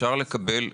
אפשר לקבל.